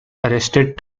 arrested